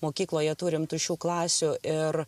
mokykloje turim tuščių klasių ir